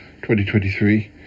2023